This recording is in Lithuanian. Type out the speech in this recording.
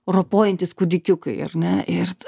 ropojantys kūdikiukai ar ne ir